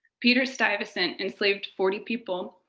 peter stuyvesant enslaved forty people,